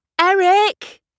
Eric